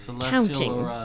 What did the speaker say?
counting